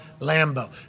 Lambo